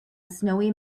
snowy